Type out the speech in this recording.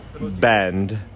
band